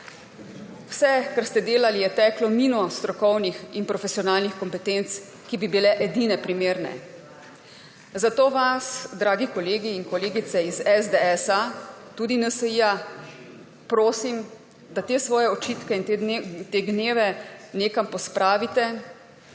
Vse, kar ste delali, je teklo mimo strokovnih in profesionalnih kompetenc, ki bi bile edine primerne. Zato vas, dragi kolegi in kolegice iz SDS, tudi NSi, prosim, da te svoje očitke in te gneve nekam pospravite,